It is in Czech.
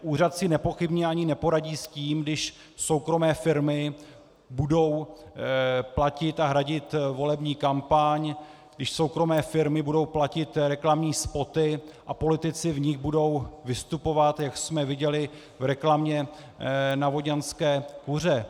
Úřad si nepochybně ani neporadí s tím, když soukromé firmy budou platit a hradit volební kampaň, když soukromé firmy budou platit reklamní spoty a politici v nich budou vystupovat, jak jsme viděli v reklamě na vodňanské kuře.